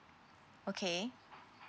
okay